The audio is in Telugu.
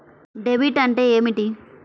డెబిట్ అంటే ఏమిటి?